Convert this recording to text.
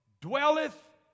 dwelleth